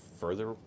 further